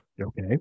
okay